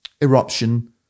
eruption